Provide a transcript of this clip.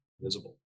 visible